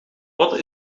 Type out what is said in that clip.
wat